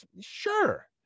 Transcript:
sure